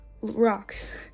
Rocks